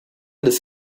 des